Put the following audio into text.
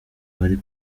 bari